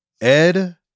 ed